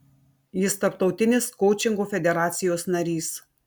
jis tarptautinės koučingo federacijos narys